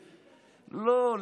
לא,